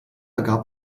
gab